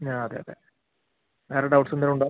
ആ അതെ അതെ വേറെ ഡൗട്ട്സ് എന്തെങ്കിലും ഉണ്ടോ